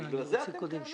בגלל זה אתם קיימים,